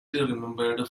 remembered